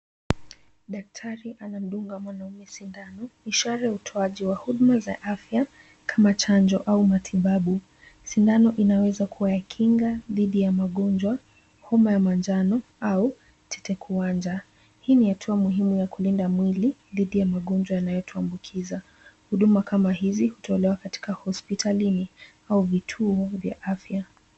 Daktari anamdunga mwanaume sindano. Ishara ya utoaji wa huduma za afya kama chanjo au matibabu. Sindano inaweza kuwa ya kinga dhidi ya magonjwa, homa ya manjano, au tetekuwanja. Hii ni hatua muhimu ya kulinda mwili dhidi ya magonjwa yanayotuambukiza. Huduma kama hizi hutolewa katika hospitalini au vituo vya afya.